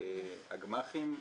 הגמ"חים,